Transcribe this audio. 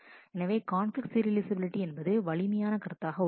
எனவே conflict serializability என்பது வலிமையான கருத்தாக உள்ளது